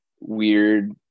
weird